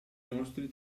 nostri